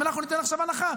אם אנחנו ניתן עכשיו הנחה,